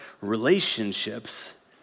relationships